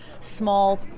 small